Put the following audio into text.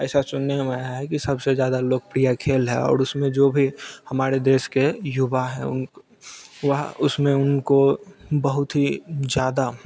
ऐसा सुनने में आया है कि सबसे ज़्यादा लोकप्रिय खेल है और उसमें जो भी हमारे देश के युवा हैं उनको वहाँ उसमें उनको बहुत ही ज़्यादा